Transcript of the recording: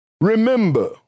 remember